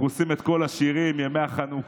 אנחנו שרים את כל השירים: ימי החנוכה,